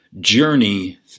journey